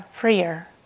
freer